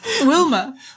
Wilma